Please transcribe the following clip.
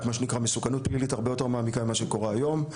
מסוכנות פלילית הרבה יותר מעמיקה ממה שקורה היום,